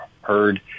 heard